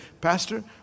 pastor